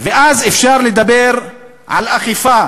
ואז אפשר לדבר על אכיפה.